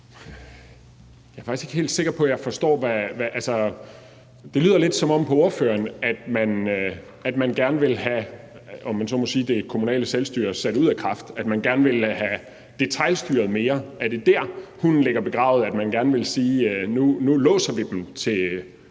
Jeg er faktisk ikke helt sikker på, at jeg forstår det. Det lyder lidt på ordføreren, som om man gerne vil have det kommunale selvstyre sat ud af kraft, om man så må sige – at man gerne vil have detailstyret mere. Er det der, hunden ligger begravet, altså at man gerne vil sige: Nu låser vi dem til